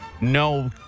no